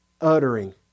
Uttering